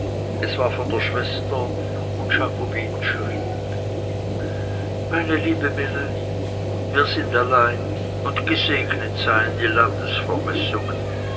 es war von der schwester und jakobine schrieb meine liebe melanie wir sind allein und gesegnet seien die